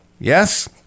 Yes